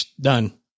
done